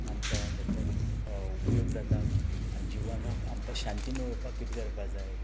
आमकां तेचो यूज जाता आनी जिवनाक आमकां शांती मेळोवपाक किद करपा जाय